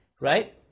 Right